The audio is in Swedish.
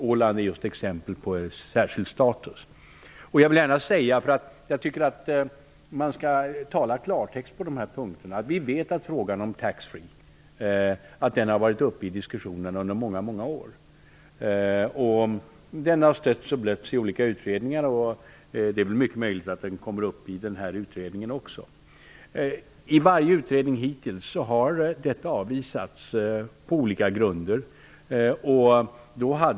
Åland är ett exempel på en ö med särskild status. Jag tycker att man skall tala klartext på dessa punkter. Vi vet att frågan om taxfree har varit uppe till diskussion under många många år. Den har stötts och blötts i olika utredningar. Det är mycket möjligt att den kommer upp i den här utredningen också. I varje utredning hittills har frågan avvisats på olika grunder.